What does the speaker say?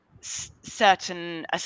certain